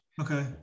Okay